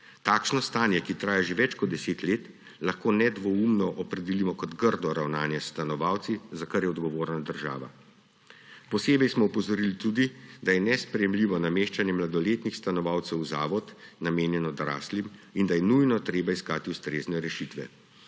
Takšno stanje, ki traja že več kot 10 let, lahko nedvoumno opredelimo kot grdo ravnanje s stanovalci, za kar je odgovorna država. Posebej smo opozorili tudi, da je nesprejemljivo nameščanje mladoletnih stanovalcev v zavod, namenjen odraslim, in da je nujno treba iskati ustrezne rešitve.